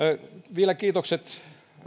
vielä kiitokset